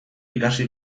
ikasi